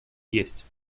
есть